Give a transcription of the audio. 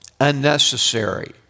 Unnecessary